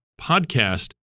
podcast